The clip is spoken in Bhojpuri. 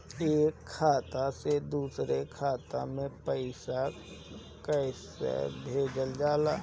एक खाता से दुसरे खाता मे पैसा कैसे भेजल जाला?